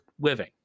living